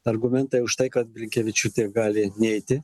argumentai už tai kad blinkevičiūtė gali neiti